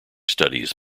studies